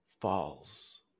falls